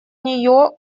нее